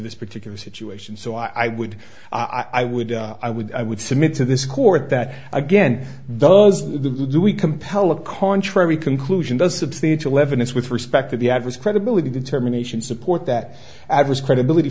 this particular situation so i would i would i would i would submit to this court that again those do we compel a contrary conclusion does substantial evidence with respect to the adverse credibility determination support that i was credibility